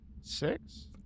Six